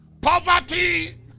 Poverty